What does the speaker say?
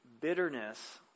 bitterness